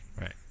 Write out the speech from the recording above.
Right